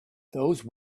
those